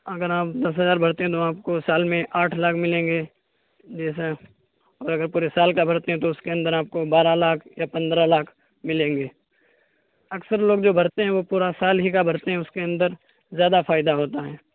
اگر آپ دس ہزار بھرتے ہیں تو آپ کو سال میں آٹھ لاکھ ملیں گے جیسا اور اگر پورے سال کا بھرتے ہیں تو اس کے اندر آپ کو بارہ لاکھ یا پندرہ لاکھ ملیں گے اکثر لوگ جو بھرتے ہیں وہ پورا سال ہی کا بھرتے ہیں اس کے اندر زیادہ فائدہ ہوتا ہے